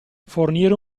fornire